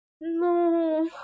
No